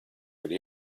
could